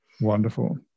Wonderful